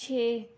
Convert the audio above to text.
ਛੇ